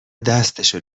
دستشو